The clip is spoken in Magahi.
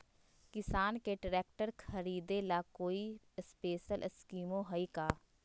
किसान के ट्रैक्टर खरीदे ला कोई स्पेशल स्कीमो हइ का?